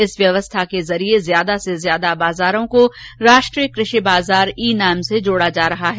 इस व्यवस्था के जरिये ज्यादा से ज्यादा बाजारों को राष्ट्रीय कृषि बाजार ई नैम से जोड़ा जा रहा हैं